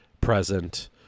present